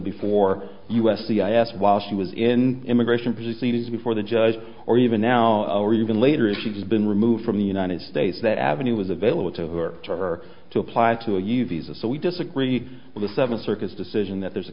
before us the i asked while she was in immigration proceedings before the judge or even now or even later if she's been removed from the united states that avenue was available to her to her to apply to you visa so we disagree with the seven circus decision that there's a